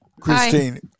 Christine